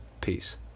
Peace